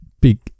big